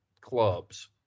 clubs